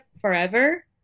forever